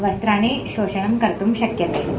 वस्त्राणि शोषणं कर्तुं शक्यते